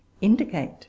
indicate